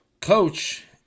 coach